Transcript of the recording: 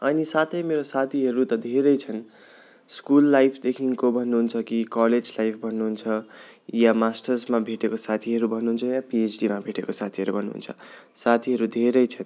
अनि साथै मेरो साथीहरू त धेरै छन् स्कुल लाइफदेखिको भन्नु हुन्छ कि कलेज लाइफ भन्नु हुन्छ या मास्टर्समा भेटेको साथीहरू भन्नुहुन्छ या पिएचडी मा भेटेको साथीहरू भन्नुहुन्छ साथीहरू धेरै छन्